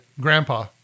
grandpa